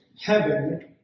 heaven